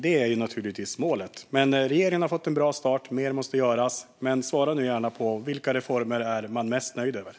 Detta är naturligtvis målet. Regeringen har fått en bra start. Mer måste göras. Men, Markus Kallifatides, svara gärna på vilka reformer man är mest nöjd med.